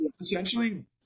Essentially